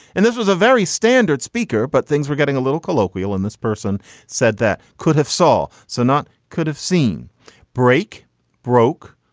and this was a very standard speaker. but things were getting a little colloquial and this person said that could have saul. so not could have seen break broke,